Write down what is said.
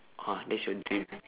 !huh! that's your dream